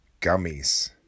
gummies